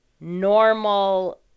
normal